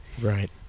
right